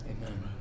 Amen